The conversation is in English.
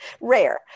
rare